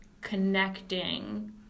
connecting